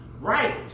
right